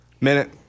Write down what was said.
minute